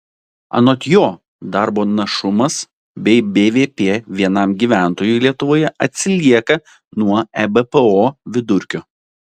anot jo darbo našumas bei bvp vienam gyventojui lietuvoje atsilieka nuo ebpo vidurkio